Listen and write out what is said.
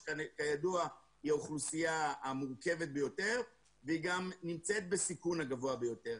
שכידוע היא האוכלוסייה המורכבת ביותר והיא גם נמצאת בסיכון הגבוה ביותר.